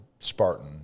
Spartan